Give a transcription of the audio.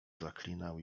zaklinał